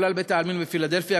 חולל בית-העלמין בפילדלפיה,